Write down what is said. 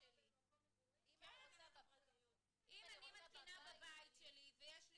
--- אם אני מתקינה בבית שלי ויש לי